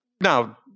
Now